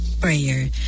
prayer